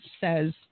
says